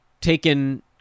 taken